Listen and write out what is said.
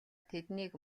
тэднийг